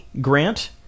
Grant